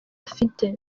afite